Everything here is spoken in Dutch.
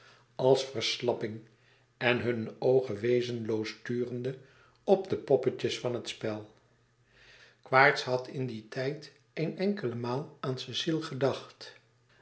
als verslapping en hunne oogen wezenloos turende op de poppetjes van het spel quaerts had in dien tijd eene enkele maal aan cecile gedacht